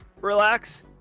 relax